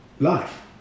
life